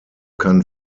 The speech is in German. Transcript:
kann